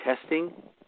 testing